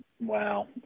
Wow